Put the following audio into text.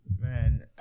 man